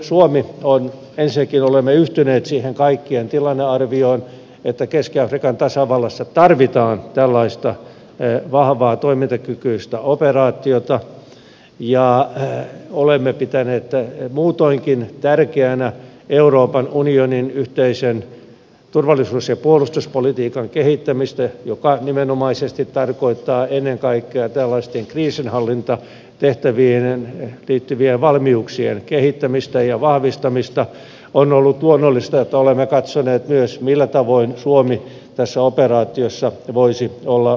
suomi on ensinnäkin yhtynyt siihen kaikkien tilannearvioon että keski afrikan tasavallassa tarvitaan tällaista vahvaa toimintakykyistä operaatiota ja kun olemme pitäneet muutoinkin tärkeänä euroopan unionin yhteisen turvallisuus ja puolustuspolitiikan kehittämistä joka nimenomaisesti tarkoittaa ennen kaikkea tällaisten kriisinhallintatehtäviin liittyvien valmiuksien kehittämistä ja vahvistamista on ollut luonnollista että olemme katsoneet myös millä tavoin suomi tässä operaatiossa voisi olla mukana